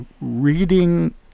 reading